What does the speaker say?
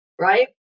Right